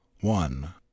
one